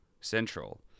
Central